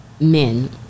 men